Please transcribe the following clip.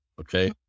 okay